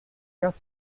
casi